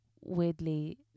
weirdly